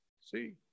See